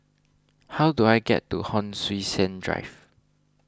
how do I get to Hon Sui Sen Drive